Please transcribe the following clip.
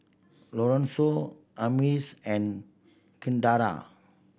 Lorenzo Amaris and Kindra